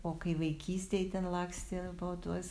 o kai vaikystėj ten lakstė po tuos